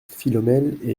philomèle